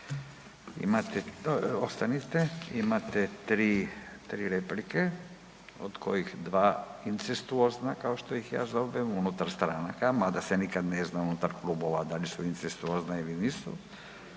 ostanite, imate 3 replike. Od kojih incestuozna kao što ih ja zovem unutar stranaka, mada se nikad ne zna unutar klubova da li su incestuozna ili nisu.